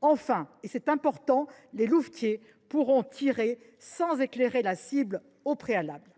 Enfin – c’est un élément important –, les louvetiers pourront tirer sans éclairer la cible au préalable.